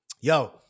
Yo